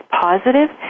positive